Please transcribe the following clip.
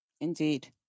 Indeed